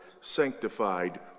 sanctified